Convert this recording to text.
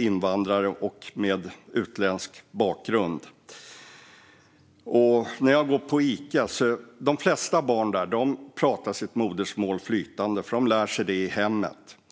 invandrare och personer med utländsk bakgrund. När jag går på Ica hör jag att de flesta barn där pratar sitt modersmål flytande. De lär sig det i hemmet.